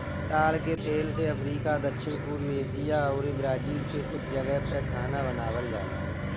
ताड़ के तेल से अफ्रीका, दक्षिण पूर्व एशिया अउरी ब्राजील के कुछ जगह पअ खाना बनावल जाला